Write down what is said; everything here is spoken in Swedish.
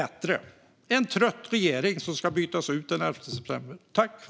Det är en trött regering som ska bytas ut den 11 september.